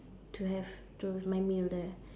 to have to my meal there